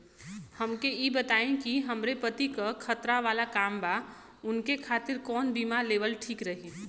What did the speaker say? हमके ई बताईं कि हमरे पति क खतरा वाला काम बा ऊनके खातिर कवन बीमा लेवल ठीक रही?